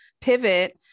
pivot